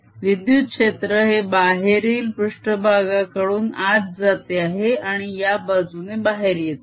विद्युत क्षेत्र हे बाहेरील पृष्ट्भागाकडून आत जाते आहे आणि या बाजूने बाहेर येते आहे